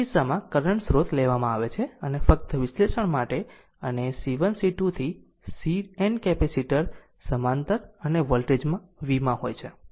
આ કિસ્સામાં કરંટ સ્રોત લેવામાં આવે છે અને ફક્ત વિશ્લેષણ માટે અને C1 C2 થી CN કેપેસિટર સમાંતર અને વોલ્ટેજ vમાં હોય છે